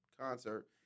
concert